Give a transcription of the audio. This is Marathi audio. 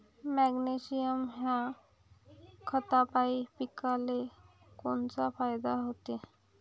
मॅग्नेशयम ह्या खतापायी पिकाले कोनचा फायदा होते?